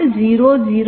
ಮತ್ತು C 0